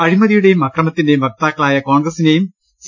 അഴിമതിയുടെയും അക്രമത്തിന്റെയും വക്താക്കളായ കോൺഗ്ര സിനെയും സി